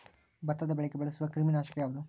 ಭತ್ತದ ಬೆಳೆಗೆ ಬಳಸುವ ಕ್ರಿಮಿ ನಾಶಕ ಯಾವುದು?